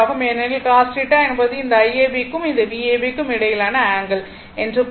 ஏனெனில் cos θ என்பது இந்த Iab க்கும் இந்த Vab க்கும் இடையிலான ஆங்கிள் என்று பொருள்